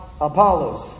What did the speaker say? Apollos